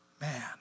man